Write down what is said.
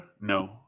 no